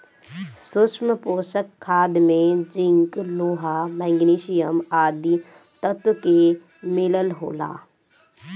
सूक्ष्म पोषक खाद में जिंक, लोहा, मैग्निशियम आदि तत्व के मिलल होला